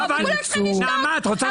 במציאות זה נופל.